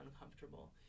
uncomfortable